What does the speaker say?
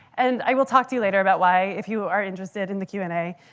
and i will talk to you later about why, if you are interested in the q and a,